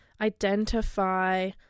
identify